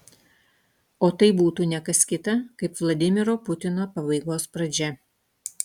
o tai būtų ne kas kita kaip vladimiro putino pabaigos pradžia